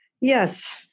Yes